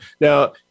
Now